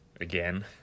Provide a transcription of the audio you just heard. Again